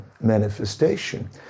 manifestation